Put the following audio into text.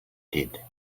did